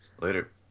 later